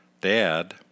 Dad